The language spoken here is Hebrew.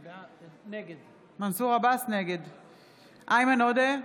נגד איימן עודה,